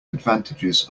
advantages